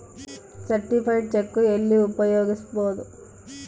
Certified cheque ಎಲ್ಲಿ ಉಪಯೋಗಿಸ್ಬೋದು?